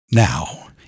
now